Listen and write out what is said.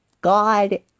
God